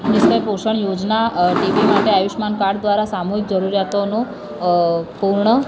જે પોષણ યોજના તેઓ માટે આયુષ્યમાન કાર્ડ દ્વારા સામૂહિક જરૂરિયાતોનો પૂર્ણ